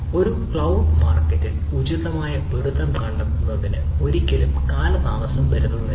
ഒരു ക്ലൌഡ് മാർക്കറ്റിൽ ഉചിതമായ പൊരുത്തം കണ്ടെത്തുന്നത് ഒരിക്കലും കാലതാമസം വരുത്തുന്നില്ല